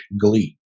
glee